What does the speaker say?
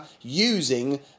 using